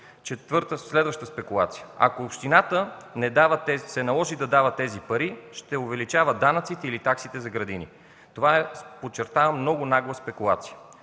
себе си. Следваща спекулация – ако общината се наложи да дава тези пари, ще увеличава данъците или таксите за градините. Това, подчертавам, е много нагла спекулация.